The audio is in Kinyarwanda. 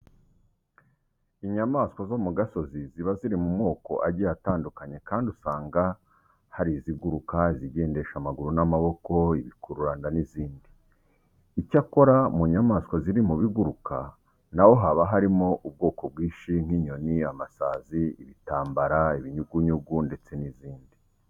Inyamaswa zo ku gasozi ziba ziri mu moko agiye atandukanye kandi usanga hari iziguruka, izigendesha amaguru n'amaboko, ibikururanda n'izindi. Icyakora mu nyamaswa ziri mu biguruka na ho haba harimo ubwoko bwinshi nk'inyoni, amasazi, ibitambara, ibinyugunyugu ndetse n'izindi.